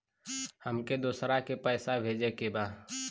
हमके दोसरा के पैसा भेजे के बा?